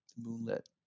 moonlit